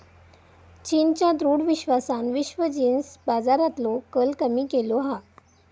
चीनच्या दृढ विश्वासान विश्व जींस बाजारातलो कल कमी केलो हा